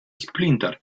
splinter